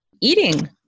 eating